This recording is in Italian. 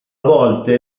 volte